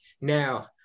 Now